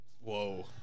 Whoa